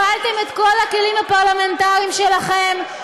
הפעלתם את כל הכלים הפרלמנטריים שלכם.